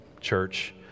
church